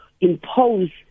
impose